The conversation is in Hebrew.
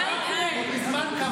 מה יקרה בעגלא ובזמן קריב?